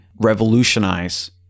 revolutionize